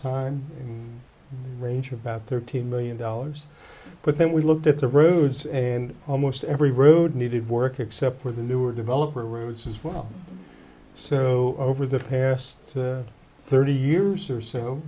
time range about thirteen million dollars but then we looked at the roads and almost every road needed work except for the newer development routes as well so over the past thirty years or